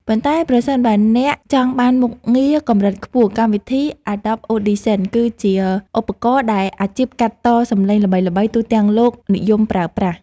ប៉ុន្តែប្រសិនបើអ្នកចង់បានមុខងារកម្រិតខ្ពស់កម្មវិធីអាដុប អូឌីសិនគឺជាឧបករណ៍ដែលអាជីពកាត់តសំឡេងល្បីៗទូទាំងលោកនិយមប្រើប្រាស់។